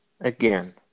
again